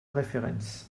referens